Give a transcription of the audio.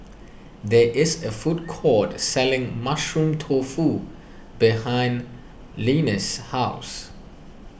there is a food court selling Mushroom Tofu behind Linus' house